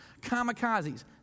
Kamikazes